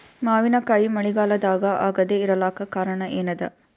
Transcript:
ಮಾವಿನಕಾಯಿ ಮಳಿಗಾಲದಾಗ ಆಗದೆ ಇರಲಾಕ ಕಾರಣ ಏನದ?